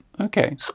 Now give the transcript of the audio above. okay